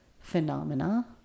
phenomena